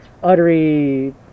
uttery